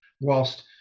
Whilst